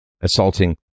assaulting